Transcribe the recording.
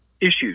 issues